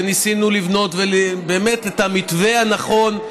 וניסינו לבנות באמת את המתווה הנכון.